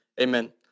Amen